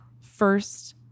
first